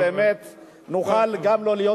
הזמין לנו סנדוויצ'ים כדי שבאמת נוכל גם לא להיות